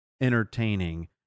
entertaining